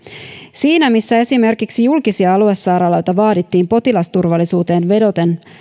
siinä missä esimerkiksi julkisia aluesairaaloita vaadittiin potilasturvallisuuteen vedoten